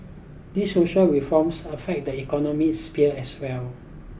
these social reforms affect the economic sphere as well